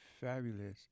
fabulous